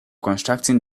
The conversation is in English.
constructing